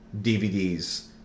DVDs